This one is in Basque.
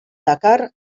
dakar